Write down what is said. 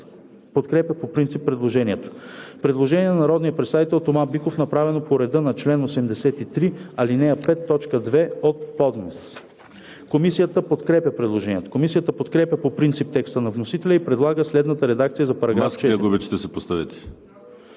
подкрепя по принцип предложението. Предложение на народния представител Ася Пеева, направено по реда на чл. 83, ал. 5, т. 2 от ПОДНС. Комисията подкрепя предложението. Комисията подкрепя по принцип текста на вносителя и предлага следната редакция за §